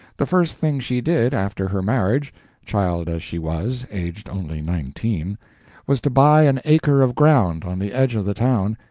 the first thing she did, after her marriage child as she was, aged only nineteen was to buy an acre of ground on the edge of the town,